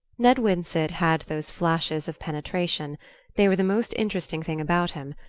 ned winsett had those flashes of penetration they were the most interesting thing about him,